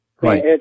right